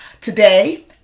Today